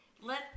let